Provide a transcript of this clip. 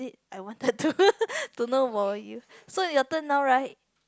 I wanted to to know about you so your turn now right